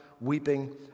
weeping